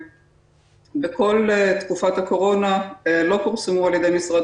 בכל תקופת הקורונה לא פורסמו על ידי משרד